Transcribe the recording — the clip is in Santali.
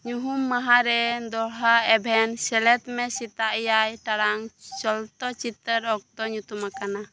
ᱧᱩᱦᱩᱢ ᱢᱟᱦᱟᱨᱮᱱ ᱫᱚᱦᱲᱟ ᱮᱵᱷᱮᱱ ᱥᱮᱞᱮᱫ ᱢᱮ ᱥᱮᱛᱟᱜ ᱮᱭᱟᱭ ᱴᱟᱲᱟᱝ ᱪᱚᱞᱚᱛᱚ ᱪᱤᱛᱟᱹᱨ ᱚᱠᱛᱚ ᱧᱩᱛᱩᱢ ᱟᱠᱟᱱᱟ